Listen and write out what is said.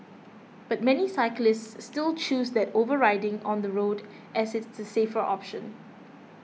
but many cyclists still choose that over riding on the road as it is the safer option